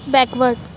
backward